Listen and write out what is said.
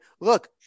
look